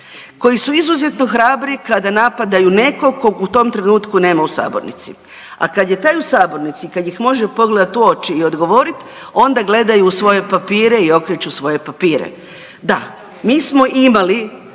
koji su izuzetno hrabri kada napadaju nekog kog u tom trenutku nema u sabornici, a kad je taj u sabornici, kad ih može pogledati u oči i odgovoriti, onda gledaju u svoje papire i okreću svoje papire. Da, mi smo imali